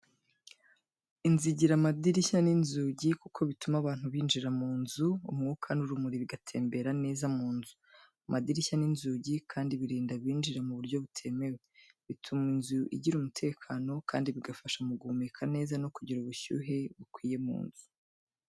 Inzu igira amadirishya n’inzugi kuko bituma abantu binjira mu nzu, umwuka n’urumuri bigatembera neza mu nzu. Amadirishya n’inzugi kandi birinda abinjira mu buryo butemewe, bituma inzu igira umutekano, kandi bigafasha mu guhumeka neza no kugira ubushyuhe bukwiye mu nzu.